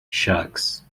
sharks